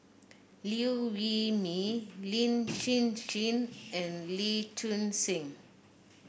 Liew Wee Mee Lin Hsin Hsin and Lee Choon Seng